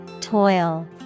Toil